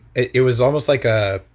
it it was almost like a,